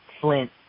Flint